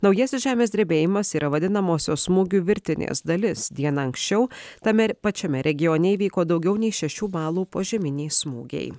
naujasis žemės drebėjimas yra vadinamosios smūgių virtinės dalis diena anksčiau tamer pačiame regione įvyko daugiau nei šešių balų požeminiai smūgiai